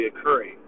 occurring